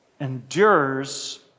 endures